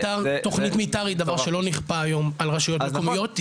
תכנית מתאר היא דבר שלא נכפה היום על רשויות מקומיות,